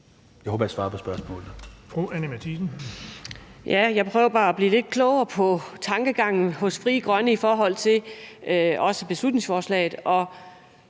Jeg håber, at jeg svarede på spørgsmålet.